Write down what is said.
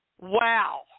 wow